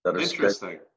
interesting